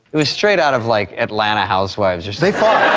it was straight out of, like, atlanta housewives. they fought.